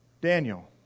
Daniel